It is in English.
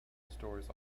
stories